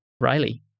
Riley